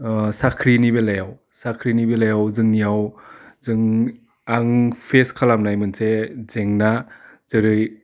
साख्रिनि बेलायाव साख्रिनि बेलायाव जोंनियाव जोंनि आं फेस्ट खालामनाय मोनसे जेंना जेरै